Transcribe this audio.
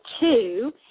two